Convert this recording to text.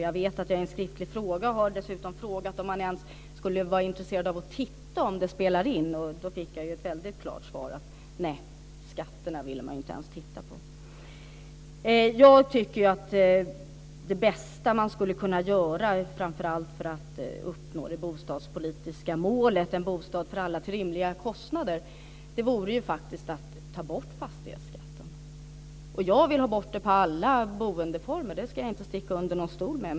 Dessutom har jag i en skriftlig fråga frågat om man skulle vara intresserad av att ens titta om det spelar in. Och då fick jag ett väldigt klart svar att man inte ens ville titta på skatterna. Jag tycker att det bästa som man skulle kunna göra framför allt för att kunna uppnå det bostadspolitiska målet, en bostad för alla till rimliga kostnader, faktiskt vore att ta bort fastighetsskatten. Och jag vill ta bort den på alla boendeformer, det ska jag inte sticka under stol med.